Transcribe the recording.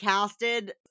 casted